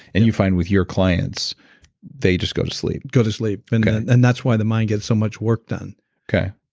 and you find with your clients they just go to sleep go to sleep and and that's why the mind gets so much work done okay,